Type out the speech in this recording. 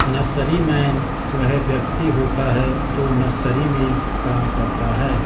nurseryman वह व्यक्ति होता है जो नर्सरी में काम करता है